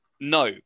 No